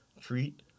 treat